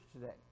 today